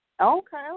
Okay